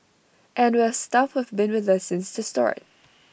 and we've staff who've been with us since the start